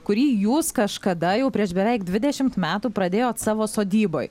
kurį jūs kažkada jau prieš beveik dvidešimt metų pradėjot savo sodyboj